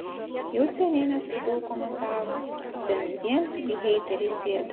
jau seniai neskaitau komentarų ten vien tik heiteriai sėdi